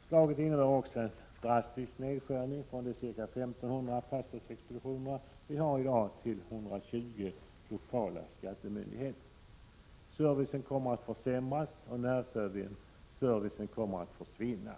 Förslaget innebär ju en drastisk nedskärning av de ca 1 500 pastorsexpeditioner som vi har i dag till 120 lokala skattemyndigheter. Servicen kommer att försämras, och närservicen kommer att försvinna.